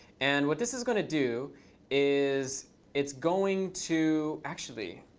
and what this is going to do is it's going to actually,